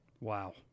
Wow